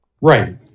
Right